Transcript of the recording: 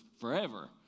forever